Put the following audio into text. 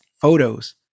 photos